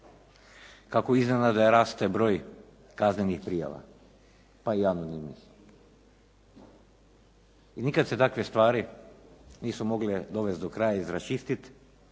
kako iznenada raste broj kaznenih prijava pa i anonimnih i nikad se takve stvari nisu mogle dovesti do kraja i raščistiti